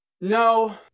No